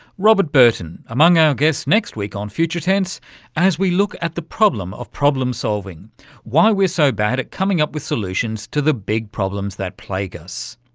robert burton, among our guests next week on future tense as we look at the problem of problem solving why we are so bad at coming up with solutions to the big problems that plague us.